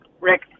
Rick